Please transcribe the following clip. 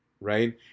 right